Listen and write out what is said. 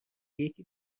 یکی